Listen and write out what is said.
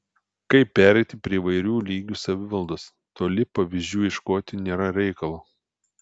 kaip pereiti prie įvairių lygių savivaldos toli pavyzdžių ieškoti nėra reikalo